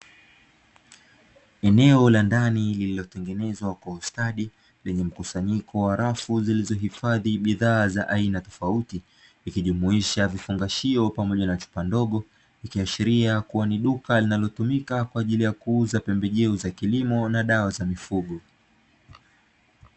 Eneo la ndani lililotengenezwa kwa ustadi lenye mkusanyiko wa rafu zilizohifadhi bidhaa za aina tofauti, ikijumuisha vifungashio pamoja na chupa ndogo, ikiashiria kuwa ni duka linalotumika kwa ajili ya kuuza pembejeo za kilimo na dawa za mifugo.